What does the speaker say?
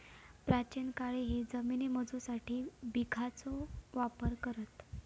प्राचीन काळीही जमिनी मोजूसाठी बिघाचो वापर करत